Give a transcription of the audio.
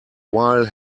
while